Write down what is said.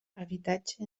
habitatge